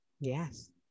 Yes